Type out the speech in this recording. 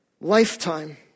lifetime